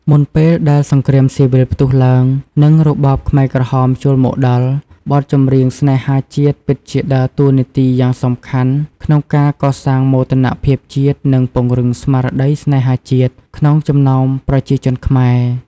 មុនពេលដែលសង្គ្រាមស៊ីវិលផ្ទុះឡើង និងរបបខ្មែរក្រហមចូលមកដល់ បទចម្រៀងស្នេហាជាតិពិតជាដើរតួនាទីយ៉ាងសំខាន់ក្នុងការ កសាងមោទនភាពជាតិ និង ពង្រឹងស្មារតីស្នេហាជាតិ ក្នុងចំណោមប្រជាជនខ្មែរ។